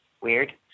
weird